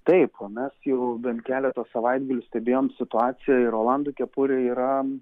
taip o mes jau bent keletą savaitgalių stebėjom situaciją ir olando kepurė yra